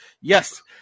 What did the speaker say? yes